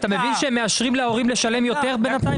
אתה מבין שהם מאשרים להורים לשלם יותר בינתיים?